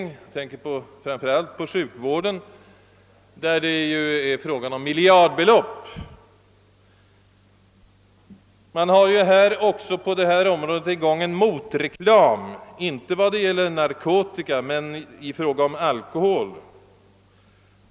Jag tänker framför allt på sjukvården, där det ju är fråga om miljardbelopp. Man har på detta område också att räkna med en motreklam, inte vad det gäller narkotikan men i fråga om alkoholen.